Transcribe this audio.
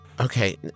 Okay